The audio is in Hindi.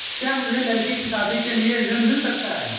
क्या मुझे लडकी की शादी के लिए ऋण मिल सकता है?